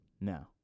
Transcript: No